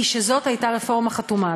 הוא שזאת הייתה רפורמה חתומה.